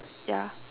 ya